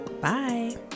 Bye